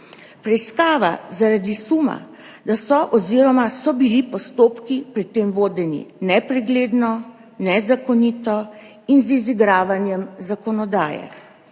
Preiskava zaradi suma, da so oziroma so bili postopki pri tem vodeni nepregledno, nezakonito in z izigravanjem zakonodaje.